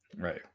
Right